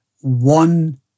one